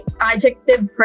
adjective